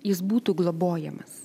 jis būtų globojamas